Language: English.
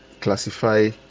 classify